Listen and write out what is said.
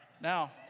Now